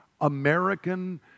American